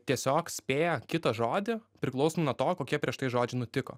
tiesiog spėja kitą žodį priklausomai nuo to kokie prieš tai žodžiai nutiko